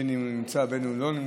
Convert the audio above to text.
בין שנמצא ובין שלא נמצא,